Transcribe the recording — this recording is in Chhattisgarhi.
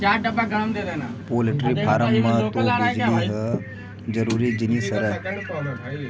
पोल्टी फारम म तो बिजली ह जरूरी जिनिस हरय